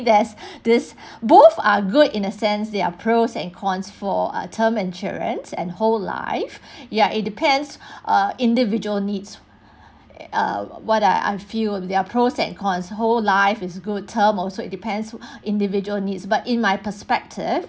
there's this both are good in a sense there are pros and cons for uh term insurance and whole life ya it depends ah individual needs err what I feel there are pros and cons whole life is good term also it depends individual needs but in my perspective